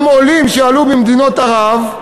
גם עולים ממדינות ערב.